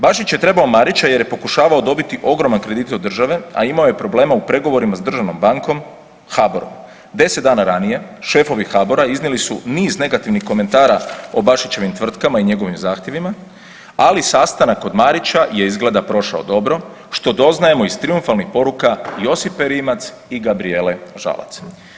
Bašić je trebao Marića jer je pokušavao dobiti ogroman kredit od države, a imao je problema u pregovorima s državnom bankom HBOR-om, 10 dana ranije šefovi HBOR-a iznijeli su niz negativnih komentara o Bašićevim tvrtkama i njegovim zahtjevima, ali sastanak kod Marića je izgleda prošao dobro, što doznajemo iz trijumfalnih poruka Josipe Rimac i Gabrijele Žalac.